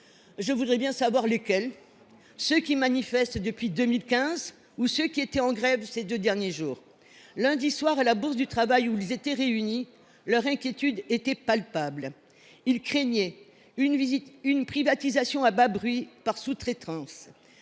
Je voudrais bien savoir lesquels ! Ceux qui manifestent depuis 2015 ? Ou ceux qui étaient en grève au cours des deux derniers jours ? Lundi soir, à la Bourse du travail, où ils étaient réunis, leur inquiétude était palpable. Ils craignent d’abord une privatisation à bas bruit, la sous traitance.